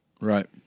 Right